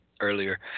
earlier